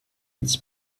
its